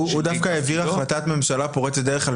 הוא דווקא העביר החלטת ממשלה פורצת דרך על